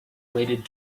weighted